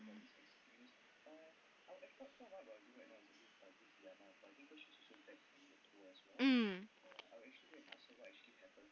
mm